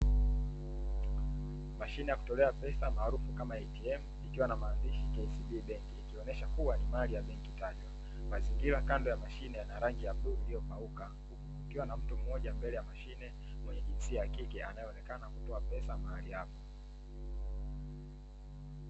Mashine ya kutolea pesa maarufu kama "ATM" ikiwa na maandishi "KCB BANK" ikionesha kuwa ni mali ya benki tajwa. Mazingira kando ya mashine yana rangi ya bluu iliyopauku ikiwa na mtu mmoja mbele ya mashine mwenye jinsia ya kike anayeonekana kutoa pesa mahali hapa.